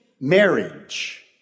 marriage